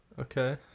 Okay